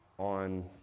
On